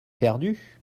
perdu